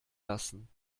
lassen